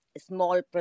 small